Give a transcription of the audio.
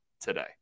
today